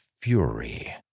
fury